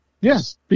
Yes